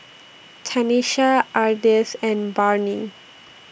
Tanesha Ardith and Barnie